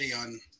on